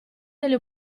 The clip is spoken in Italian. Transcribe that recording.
delle